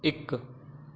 ਇੱਕ